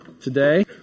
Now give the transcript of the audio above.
today